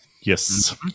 Yes